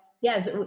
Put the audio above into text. yes